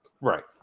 right